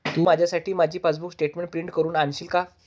तू माझ्यासाठी माझी passbook statement print करून आणशील का?